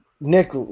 Nick